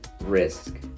risk